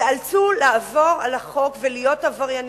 ייאלצו לעבור על החוק ולהיות עבריינים.